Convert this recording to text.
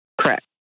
Correct